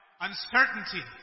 uncertainty